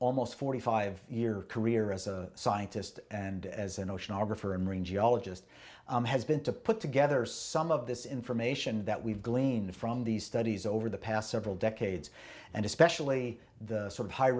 almost forty five year career as a scientist and as an oceanographer a marine geologist has been to put together some of this information that we've gleaned from these studies over the past several decades and especially the sort of high